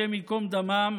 השם ייקום דמם,